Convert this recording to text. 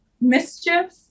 mischief